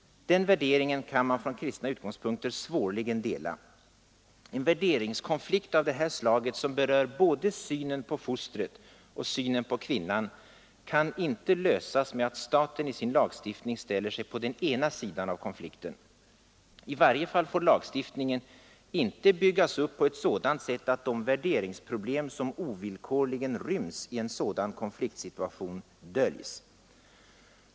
Den värderingen kan man från kristna utgångspunkter svårligen dela. En värderingskonflikt av det här slaget som berör både synen på fostret och synen på kvinnan kan inte lösas med att staten i sin lagstiftning ställer sig på den ena sidan av konflikten. I varje fall får lagstiftningen inte byggas upp på ett sådant sätt att de värderingsproblem som ovillkorligen ryms i en sådan konfliktsituation döljs.